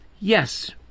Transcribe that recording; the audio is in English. Yes